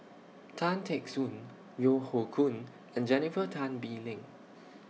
Tan Teck Soon Yeo Hoe Koon and Jennifer Tan Bee Leng